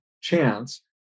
chance